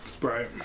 Right